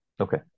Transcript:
Okay